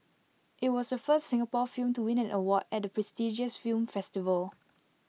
IT was the first Singapore film to win an award at the prestigious film festival